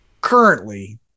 currently